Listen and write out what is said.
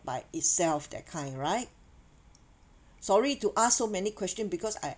by itself that kind right sorry to ask so many question because I